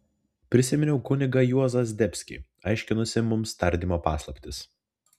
prisiminiau kunigą juozą zdebskį aiškinusį mums tardymo paslaptis